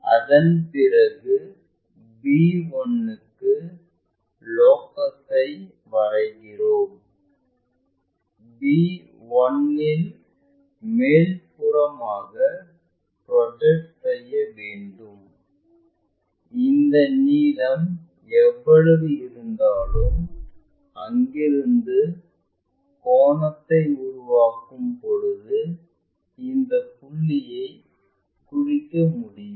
அதன்பிறகு b1 க்கு லோகஸை வரைகிறோம் b1 இல் இருந்து மேல்புறமாக புரொஜெக்ட் செய்ய வேண்டும் இந்த நீளம் எவ்வளவு இருந்தாலும் அங்கிருந்து கோணத்தை உருவாக்கும் பொழுது இந்த புள்ளியை குறிக்க முடியும்